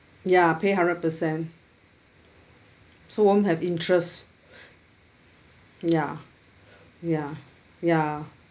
ya pay hundred percent so won't have interest ya ya ya